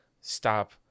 stop